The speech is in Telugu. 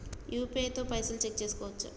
యూ.పీ.ఐ తో పైసల్ చెక్ చేసుకోవచ్చా?